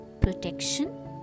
protection